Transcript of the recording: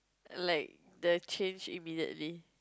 like the change immediately